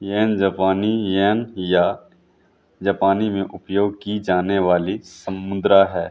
येन जापानी येन या जापानी में उपयोग की जाने वाली मुद्रा है